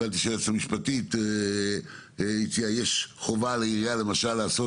הבנתי שיש על העירייה חובה לעשות